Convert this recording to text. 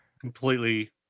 Completely